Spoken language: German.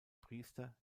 priester